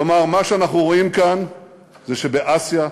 כלומר, מה שאנחנו רואים כאן זה שבאסיה,